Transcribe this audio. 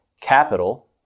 capital